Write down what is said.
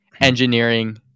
engineering